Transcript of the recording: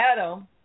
Adam